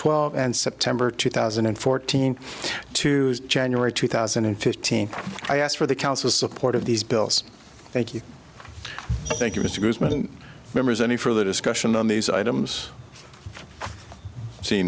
twelve and september two thousand and fourteen to january two thousand and fifteen i asked for the council's support of these bills thank you thank you mr grossman members any further discussion on these items see